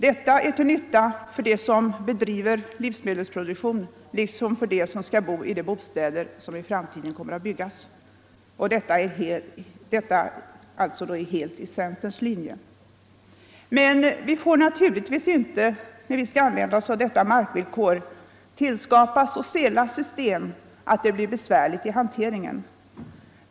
Detta är till nytta för dem som bedriver livsmedelsproduktion liksom för dem som skall bo i bostäder som i framtiden kommer att byggas. Det är alltså helt i centerns linje. Men vi får naturligtvis inte, när vi skall använda detta markvillkor, tillskapa så stela system att de blir besvärliga i hanteringen.